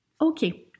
Okay